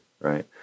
right